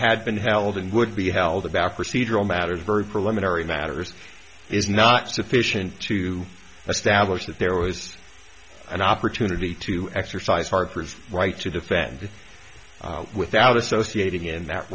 had been held and would be held back procedural matters very preliminary matters is not sufficient to establish that there was an opportunity to exercise parker's right to defend without associating in that